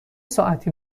ساعتی